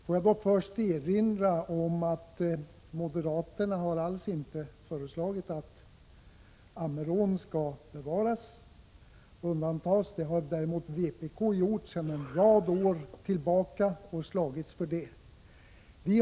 Får jag erinra om att moderaterna alls inte föreslagit att Ammerån skall bevaras och undantas. Det har däremot vpk gjort. Vi har sedan en rad år slagits för det.